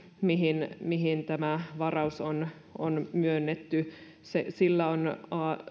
mihin mihin tämä varaus on on myönnetty sillä on